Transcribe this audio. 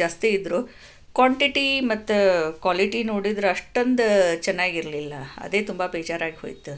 ಜಾಸ್ತಿ ಇದ್ದರೂ ಕ್ವಾಂಟಿಟಿ ಮತ್ತು ಕ್ವಾಲಿಟಿ ನೋಡಿದರೆ ಅಷ್ಟೊಂದು ಚೆನ್ನಾಗಿರಲಿಲ್ಲ ಅದೇ ತುಂಬ ಬೇಜಾರಾಗಿ ಹೋಯಿತು